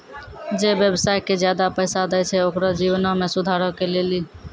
जे व्यवसाय के ज्यादा पैसा दै छै ओकरो जीवनो मे सुधारो के लेली